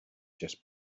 just